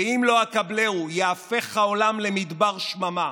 ואם לא אקבלהו, ייהפך העולם למדבר שממה.